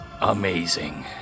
Amazing